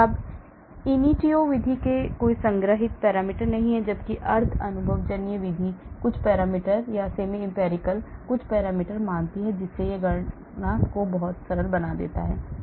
अब इनिटियो विधि में कोई संग्रहीत पैरामीटर नहीं हैं जबकि अर्ध अनुभवजन्य विधि कुछ पैरामीटर मानती हैं जिससे यह गणना को बहुत सरल बना देता है